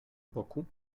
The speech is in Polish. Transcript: boku